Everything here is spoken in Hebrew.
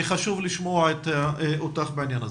חשוב לשמוע אותך בעניין הזה.